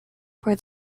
for